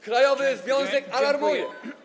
Krajowy związek alarmuje.